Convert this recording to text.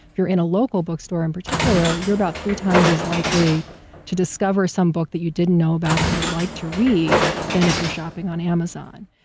you're in a local bookstore in particular, you're about three times as likely to discover some book that you didn't know about that you'd like to read than if you're shopping on amazon.